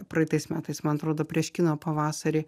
praeitais metais man atrodo prieš kino pavasarį